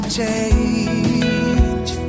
change